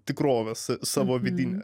tikrovę sa savo vidinę